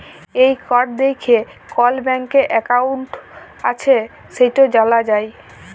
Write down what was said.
এই কড দ্যাইখে কল ব্যাংকে একাউল্ট আছে সেট জালা যায়